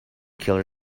killer